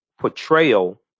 portrayal